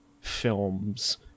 films